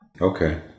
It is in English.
Okay